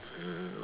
um